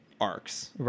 arcs